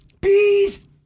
Bees